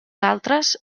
altres